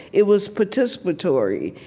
it was participatory.